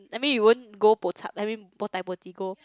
I mean you won't go bochup I mean bo dai bo ji go